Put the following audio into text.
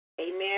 Amen